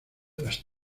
las